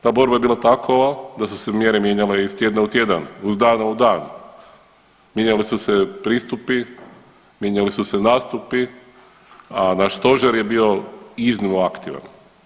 Ta borba je bila takova da su se mjere mijenjale iz tjedna u tjedan, iz dana u dan, mijenjali su se pristupi, mijenjali su se nastupi, a naš stožer je bio iznimno aktivan.